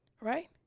Right